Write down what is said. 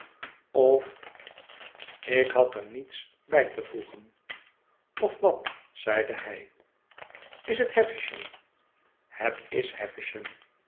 of ik had er niets bij te voegen of wat zeide hij is het havisham het is